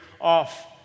off